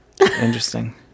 interesting